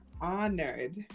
honored